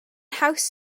haws